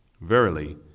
Verily